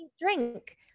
drink